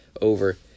over